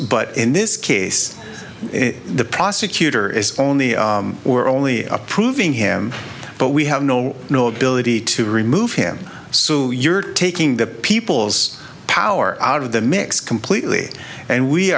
but in this case the prosecutor is only or only approving him but we have no no ability to remove him so you're taking the people's power out of the mix completely and we